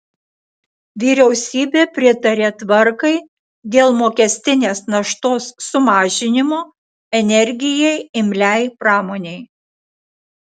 vyriausybė pritarė tvarkai dėl mokestinės naštos sumažinimo energijai imliai pramonei